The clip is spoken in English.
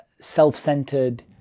self-centered